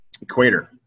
equator